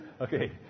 Okay